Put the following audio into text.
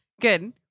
Good